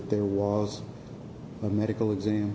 there was a medical exam